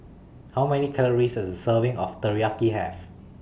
How Many Calories Does A Serving of Teriyaki Have